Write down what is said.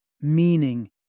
meaning